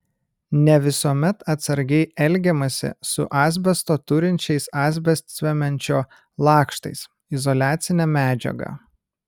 ne visuomet atsargiai elgiamasi su asbesto turinčiais asbestcemenčio lakštais izoliacine medžiaga